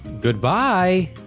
Goodbye